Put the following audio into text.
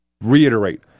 reiterate